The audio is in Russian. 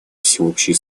всеобщей